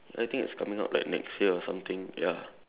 I think it's coming out like next year or something ya